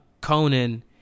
Conan